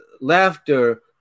laughter